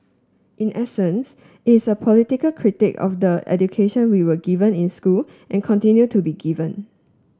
in essence it's a political critique of the education we were given in school and continue to be given